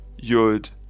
Yud